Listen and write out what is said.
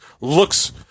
looks